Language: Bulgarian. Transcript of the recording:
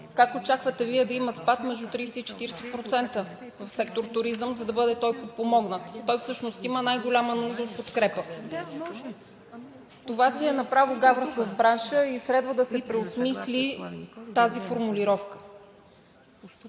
как очаквате Вие да има спад между 30 – 40% в сектор „Туризъм“, за да бъде той подпомогнат? Той всъщност има най-голяма нужда от подкрепа. Това си е направо гавра с бранша и следва да се преосмисли тази формулировка.